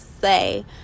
say